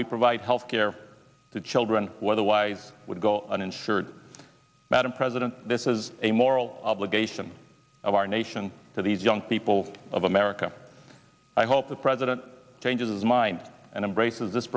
we provide health care to children whether why would go uninsured madam president this is a moral obligation of our nation to these young people of america i hope the president changes mind and embraces this